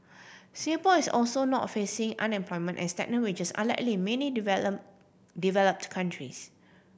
Singapore is also not facing unemployment and stagnant wages unlike many developed countries